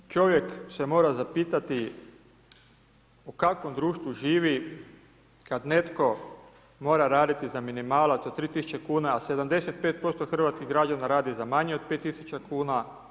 Doista čovjek se mora zapitati u kakvom društvu živi kada netko mora raditi za minimalac od 3 tisuće kuna, a 75% hrvatskih građana radi za manje od 5 tisuća kuna.